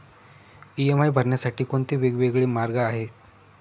EMI भरण्यासाठी कोणते वेगवेगळे मार्ग आहेत?